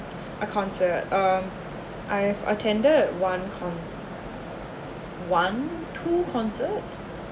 a concert uh I have attended one concert uh one two concerts